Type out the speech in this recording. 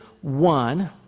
one